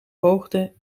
hoogte